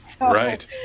Right